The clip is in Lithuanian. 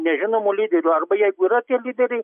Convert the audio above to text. nežinomų lyderių arba jeigu yra tie lyderiai